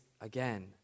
again